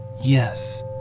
Yes